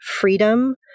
freedom